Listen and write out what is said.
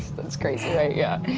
that's crazy, right? yeah,